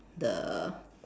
the